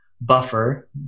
Buffer